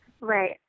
Right